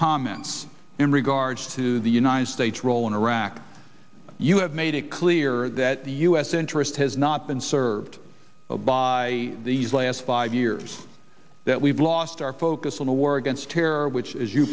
comments in regards to the united states role in iraq you have made it clear that the u s interest has not been served by these last five years that we've lost our focus in the war against terror which as you